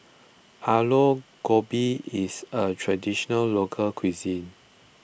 Aloo Gobi is a Traditional Local Cuisine